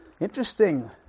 interesting